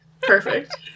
Perfect